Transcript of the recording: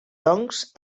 doncs